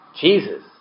Jesus